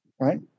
right